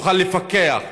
שתוכל לפקח,